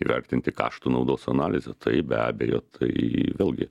įvertinti kaštų naudos analizę taip be abejo tai vėlgi